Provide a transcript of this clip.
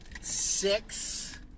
six